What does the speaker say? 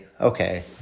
okay